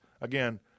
again